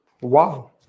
Wow